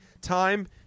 time